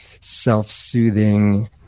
self-soothing